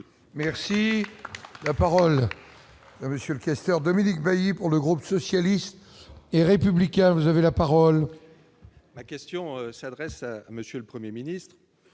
Merci, la parole. Monsieur questeur Dominique Bailly pour le groupe socialiste et républicain, vous avez la parole. Ma question s'adresse à monsieur le 1er ministre